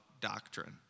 doctrine